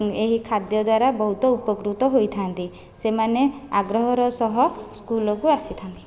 ଏହି ଖାଦ୍ୟ ଦ୍ୱାରା ବହୁତ ଉପକୃତ ହୋଇଥାନ୍ତି ସେମାନେ ଆଗ୍ରହର ସହ ସ୍କୁଲକୁ ଆସିଥାନ୍ତି